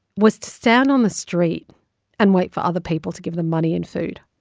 was to stand on the street and wait for other people to give them money and food.